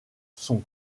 son